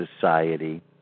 society